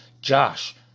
Josh